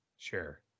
sure